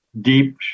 deep